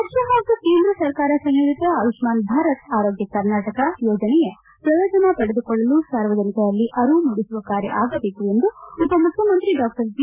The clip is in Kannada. ರಾಜ್ಯ ಹಾಗೂ ಕೇಂದ್ರ ಸರ್ಕಾರ ಸಂಯೋಜಿತ ಆಯುಷ್ಠಾನ್ ಭಾರತ್ ಆರೋಗ್ಯ ಕರ್ನಾಟಕ್ ಯೋಜನೆಯ ಪ್ರಯೋಜನ ಪಡೆದುಕೊಳ್ಳಲು ಸಾರ್ವಜನಿಕರಲ್ಲಿ ಅರಿವು ಮೂಡಿಸುವ ಕಾರ್ಯ ಆಗಬೇಕು ಎಂದು ಉಪಮುಖ್ಯಮಂತ್ರಿ ಡಾ ಜಿ